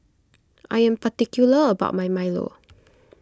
I am particular about my Milo